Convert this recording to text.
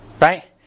Right